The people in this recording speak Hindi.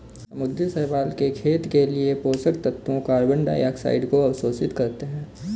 समुद्री शैवाल के खेत के लिए पोषक तत्वों कार्बन डाइऑक्साइड को अवशोषित करते है